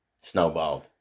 snowballed